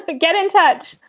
but get in touch.